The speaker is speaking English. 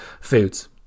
foods